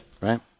Right